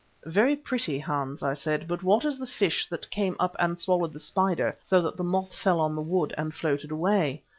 very pretty, hans, i said, but what is the fish that came up and swallowed the spider so that the moth fell on the wood and floated away?